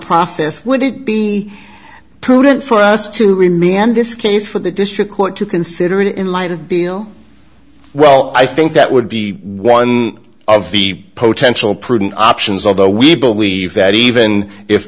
profits would it be prudent for us to remember this case for the district court to consider it in light of below well i think that would be one of the potential prudent options although we believe that even if